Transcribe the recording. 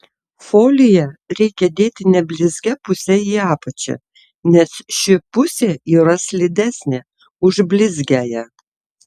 foliją reikia dėti neblizgia puse į apačią nes ši pusė yra slidesnė už blizgiąją